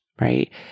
right